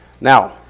Now